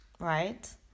Right